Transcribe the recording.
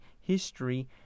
history